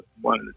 one